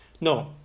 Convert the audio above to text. No